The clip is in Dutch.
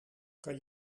kan